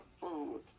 food